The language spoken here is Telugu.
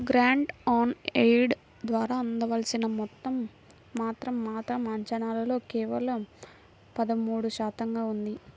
గ్రాంట్ ఆన్ ఎయిడ్ ద్వారా అందాల్సిన మొత్తం మాత్రం మాత్రం అంచనాల్లో కేవలం పదమూడు శాతంగా ఉంది